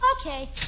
Okay